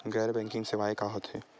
गैर बैंकिंग सेवाएं का होथे?